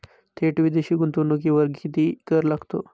थेट विदेशी गुंतवणुकीवर किती कर लागतो?